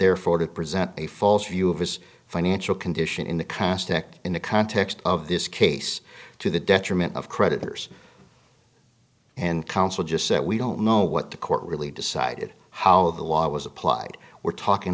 therefore to present a false view of his financial condition in the caustic in the context of this case to the detriment of creditors and counsel just that we don't know what the court really decided how the law was applied we're talking